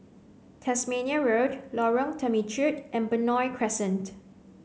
Tasmania Road Lorong Temechut and Benoi Crescent